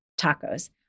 tacos